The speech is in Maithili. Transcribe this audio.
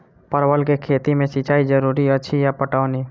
परवल केँ खेती मे सिंचाई जरूरी अछि या पटौनी?